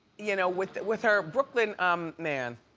you know with with her brooklyn um man.